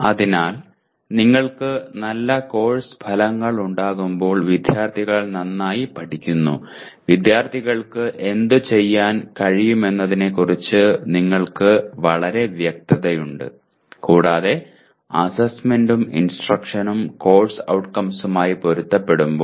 അതിനാൽ നിങ്ങൾക്ക് നല്ല കോഴ്സ് ഫലങ്ങൾ ഉണ്ടാകുമ്പോൾ വിദ്യാർത്ഥികൾ നന്നായി പഠിക്കുന്നു വിദ്യാർത്ഥികൾക്ക് എന്തുചെയ്യാൻ കഴിയുമെന്നതിനെക്കുറിച്ച് നിങ്ങൾക്ക് വളരെ വ്യക്തതയുണ്ട് കൂടാതെ അസ്സെസ്സ്മെന്റും ഇൻസ്ട്രക്ഷനും കോഴ്സ് ഔട്ട്കംസുമായി പൊരുത്തപ്പെടുമ്പോൾ